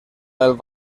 del